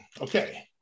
Okay